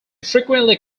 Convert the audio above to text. frequently